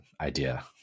idea